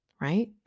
right